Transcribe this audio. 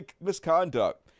misconduct